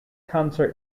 cancer